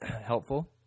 helpful